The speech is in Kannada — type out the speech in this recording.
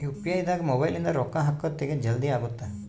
ಯು.ಪಿ.ಐ ದಾಗ ಮೊಬೈಲ್ ನಿಂದ ರೊಕ್ಕ ಹಕೊದ್ ತೆಗಿಯೊದ್ ಜಲ್ದೀ ಅಗುತ್ತ